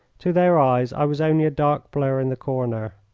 to their eyes i was only a dark blur in the corner.